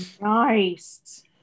Nice